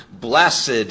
Blessed